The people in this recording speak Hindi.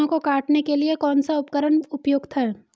सरसों को काटने के लिये कौन सा उपकरण उपयुक्त है?